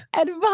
advice